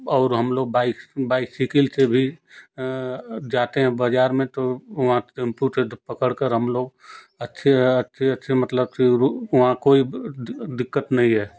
और हम लोग बाइक बाइक साइकिल से भी जाते हैं बाज़ार में तो वहाँ टेंपो से तो पकड़ कर हम लोग अच्छे हैं अच्छे अच्छे मतलब अच्छे वहाँ कोई दिक़्क़त नहीं है